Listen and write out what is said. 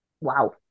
wow